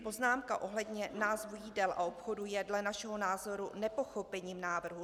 Poznámka ohledně názvu jídel a obchodů je dle našeho názoru nepochopením návrhu.